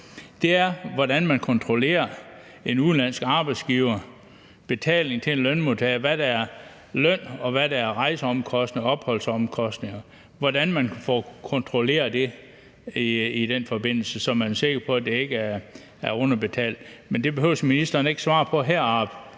nu, er, hvordan man kontrollerer en udenlandsk arbejdsgivers betaling til en lønmodtager, altså kontrollerer, hvad der er løn, og hvad der er rejseomkostninger og opholdsomkostninger. Hvordan får man kontrolleret det, så man er sikker på, de ikke bliver underbetalt? Men det behøver ministeren ikke at svare på her.